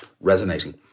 resonating